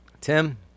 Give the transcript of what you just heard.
Tim